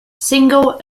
single